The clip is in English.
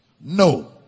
No